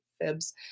fibs